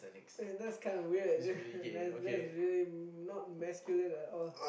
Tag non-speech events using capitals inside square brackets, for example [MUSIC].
that's kinda weird [LAUGHS] that that's very not masculine at all